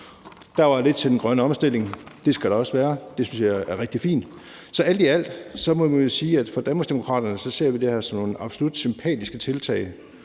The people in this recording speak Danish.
Der var lidt til den grønne omstilling. Det skal der også være, og det synes jeg er rigtig fint. Så alt i alt må vi jo sige, at vi i Danmarksdemokraterne ser det her som nogle absolut sympatiske tiltag,